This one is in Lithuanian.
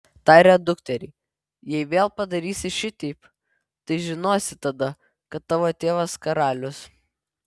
tarė dukteriai jei vėl padarysi šiteip tai žinosi tada kad tavo tėvas karalius